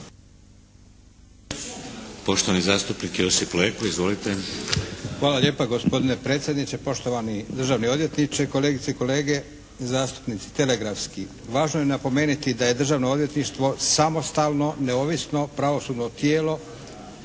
Poštovani zastupnik Josip Leko. Izvolite. **Leko, Josip (SDP)** Hvala lijepa gospodine predsjedniče. Poštovani državni odvjetniče, kolegice i kolege zastupnici. Telegrafski. Važno je napomeniti da je Državno odvjetništvo samostalno, neovisno pravosudno tijelo